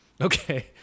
Okay